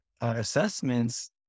assessments